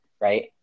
right